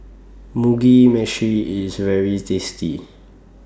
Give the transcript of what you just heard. Mugi Meshi IS very tasty